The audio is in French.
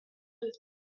deux